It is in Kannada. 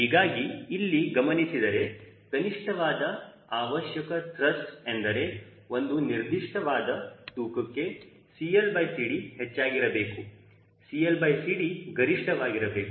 ಹೀಗಾಗಿ ಇಲ್ಲಿ ಗಮನಿಸಿದರೆ ಕನಿಷ್ಠವಾದ ಅವಶ್ಯಕ ತ್ರಸ್ಟ್ ಎಂದರೆ ಒಂದು ನಿರ್ದಿಷ್ಟವಾದ ತೂಕಕ್ಕೆ CLCD ಹೆಚ್ಚಾಗಿರಬೇಕು CLCD ಗರಿಷ್ಠ ವಾಗಿರಬೇಕು